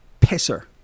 pisser